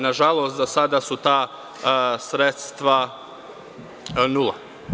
Nažalost, za sada su ta sredstva nula.